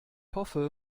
hoffe